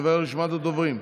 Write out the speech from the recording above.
אני עובר לרשימת הדוברים.